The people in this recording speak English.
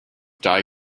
die